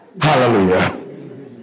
Hallelujah